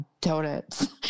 donuts